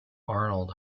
arnold